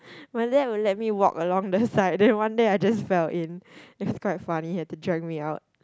my dad would let me walk along the side then one day I just fell in is quite funny and they drag me out